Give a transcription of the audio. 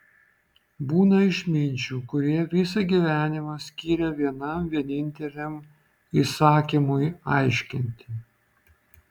būna išminčių kurie visą gyvenimą skiria vienam vieninteliam įsakymui aiškinti